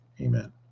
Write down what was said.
Amen